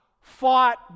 fought